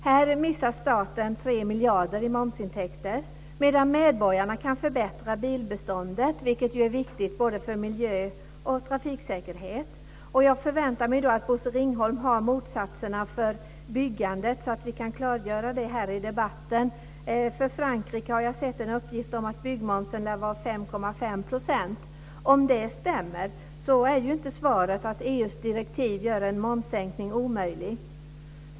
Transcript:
Här missar staten 3 miljarder i momsintäkter, medan medborgarna kan förbättra bilbeståndet, vilket är viktigt både för miljö och trafiksäkerhet. Jag förväntar mig i dag att Bosse Ringholm har motsatserna för byggandet så att vi kan klargöra det här i debatten. Jag har sett en uppgift om att byggmomsen i Frankrike lär vara 5,5 %. Om det stämmer är inte svaret att EU:s direktiv gör en momssänkning omöjlig.